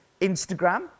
Instagram